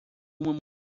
uma